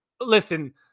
listen